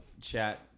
chat